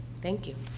thank you.